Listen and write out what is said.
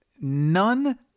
None